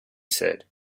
said